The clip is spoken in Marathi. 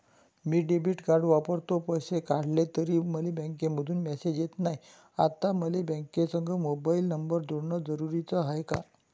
मी डेबिट कार्ड वापरतो, पैसे काढले तरी मले बँकेमंधून मेसेज येत नाय, आता मले बँकेसंग मोबाईल नंबर जोडन जरुरीच हाय का?